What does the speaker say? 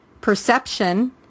perception